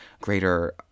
greater